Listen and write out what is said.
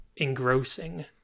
engrossing